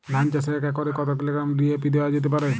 ধান চাষে এক একরে কত কিলোগ্রাম ডি.এ.পি দেওয়া যেতে পারে?